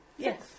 Yes